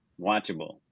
watchable